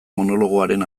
monologoaren